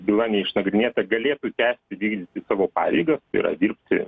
byla neišnagrinėta galėtų tęsti vykdyti savo pareigas tai yra dirbti